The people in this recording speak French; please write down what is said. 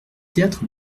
théâtre